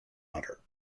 otter